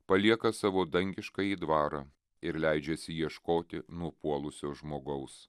palieka savo dangiškąjį dvarą ir leidžiasi ieškoti nupuolusio žmogaus